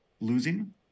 losing